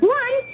one